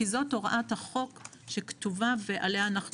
כי זאת הוראת החוק שכתובה ועליה אנחנו